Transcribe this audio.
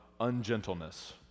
ungentleness